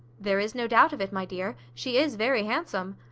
there is no doubt of it, my dear. she is very handsome.